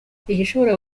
igishobora